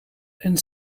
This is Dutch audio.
een